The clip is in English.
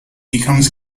becomes